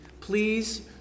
please